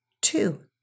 Two